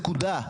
נקודה.